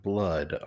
Blood